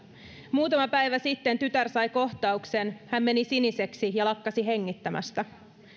muutama päivä sitten tytär sai kohtauksen hän meni siniseksi ja lakkasi hengittämästä tämä